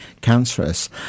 cancerous